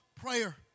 prayer